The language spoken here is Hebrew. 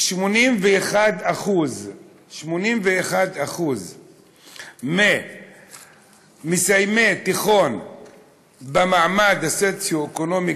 81% 81% ממסיימי תיכון במעמד סוציו-אקונומי